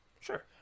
Sure